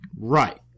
Right